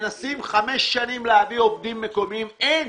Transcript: מנסים חמש שנים להביא עובדים מקומיים אין.